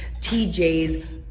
TJ's